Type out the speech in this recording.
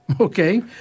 okay